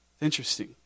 Interesting